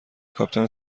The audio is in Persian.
کاپیتان